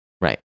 Right